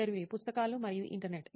ఇంటర్వ్యూఈ పుస్తకాలు మరియు ఇంటర్నెట్